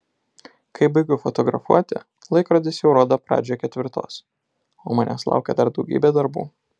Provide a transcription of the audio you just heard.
kai baigiu fotografuoti laikrodis jau rodo pradžią ketvirtos o manęs laukia dar daugybė darbų